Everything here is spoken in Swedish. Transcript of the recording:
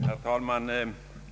Herr talman!